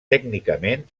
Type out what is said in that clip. tècnicament